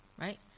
right